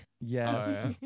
Yes